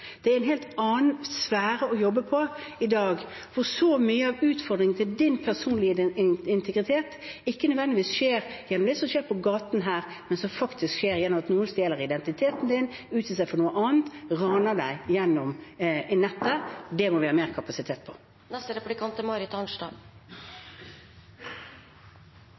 Det er en helt annen sfære å jobbe i i dag. Mye av utfordringene knyttet til ens egen personlige integritet kommer ikke nødvendigvis gjennom det som skjer på gaten, men gjennom at noen stjeler ens identitet, utgir seg for å være en annen og raner deg gjennom nettet. Det må vi ha mer kapasitet på.